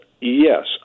yes